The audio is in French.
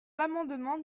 l’amendement